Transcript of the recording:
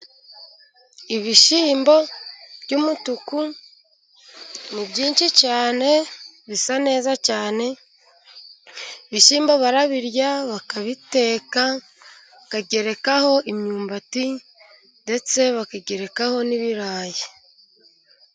Ibishyimbo by'umutuku ni byinshi cyane bisa neza cyane. Ibishyimbo barabirya, bakabiteka bakagerekaho imyumbati ,ndetse bakagerekaho n'ibirayi.